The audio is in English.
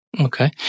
Okay